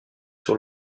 sur